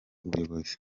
ubuyobozi